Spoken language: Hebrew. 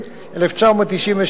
התשנ"ז 1997,